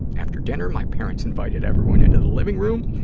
after dinner, my parents invited everyone into the living room,